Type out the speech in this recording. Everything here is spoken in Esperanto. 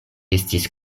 estis